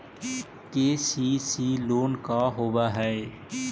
KCC loan का होब हइ?